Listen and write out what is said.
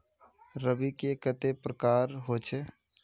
रवि के कते प्रकार होचे?